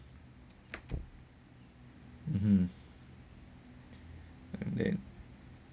um and then